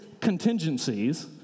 contingencies